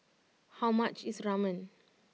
how much is Ramen